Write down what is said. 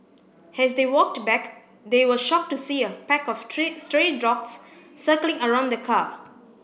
as they walked back they were shocked to see a pack of stray dogs circling around the car